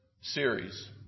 series